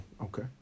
Okay